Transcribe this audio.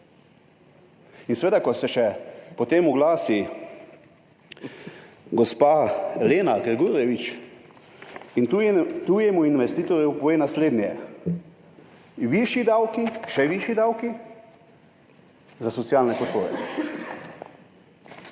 In seveda se potem oglasi še gospa Lena Grgurevič in tujemu investitorju pove naslednje: višji davki, še višji davki za socialne podpore.